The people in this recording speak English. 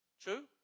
True